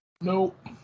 Nope